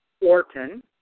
Orton